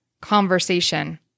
conversation